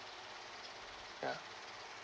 ya